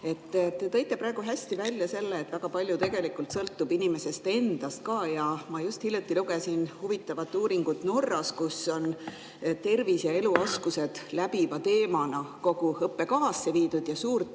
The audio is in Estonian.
Te tõite praegu hästi välja, et väga palju sõltub inimesest endast ka. Ma just hiljuti lugesin huvitavat uuringut Norrast, kus on tervis ja eluoskused läbiva teemana kogu õppekavasse viidud ja suurt